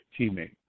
teammate